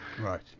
Right